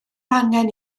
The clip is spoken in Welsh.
angen